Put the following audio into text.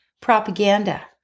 propaganda